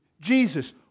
Jesus